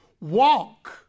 walk